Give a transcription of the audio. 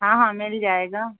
ہاں ہاں مل جائے گا